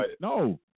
No